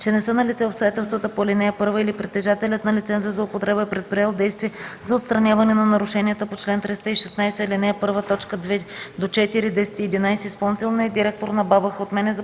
че не са налице обстоятелствата по ал. 1 или притежателят на лиценза за употреба е предприел действия за отстраняване на нарушенията по чл. 316, ал. 1, т. 2-4, 10